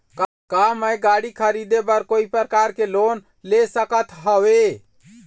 का मैं गाड़ी खरीदे बर कोई प्रकार के लोन ले सकत हावे?